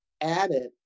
added